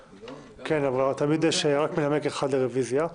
--- כן, אבל תמיד יש רק מנמק אחד לרוויזיה.